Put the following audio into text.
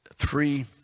Three